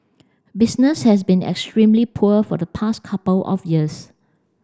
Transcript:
business has been extremely poor for the past couple of years